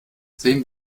sehen